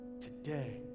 today